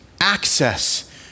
access